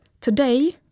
today